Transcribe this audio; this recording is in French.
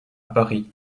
paris